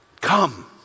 Come